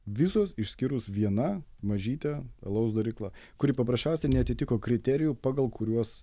visos išskyrus viena mažytė alaus darykla kuri paprasčiausiai neatitiko kriterijų pagal kuriuos